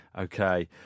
Okay